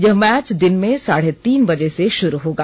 यह मैच दिन में साढे तीन बजे से शुरू होगा